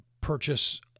purchase